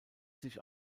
sich